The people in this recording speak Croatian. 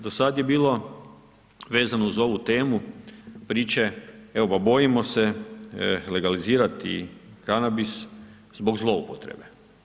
Do sada je bilo, vezano uz ovu temu, priče, evo bojimo se legalizirati kanabis, zbog zloupotrebe.